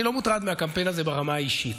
אני לא מוטרד מהקמפיין הזה ברמה האישית.